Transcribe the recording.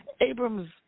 Abrams